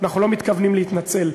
אנחנו לא מתכוונים להתנצל.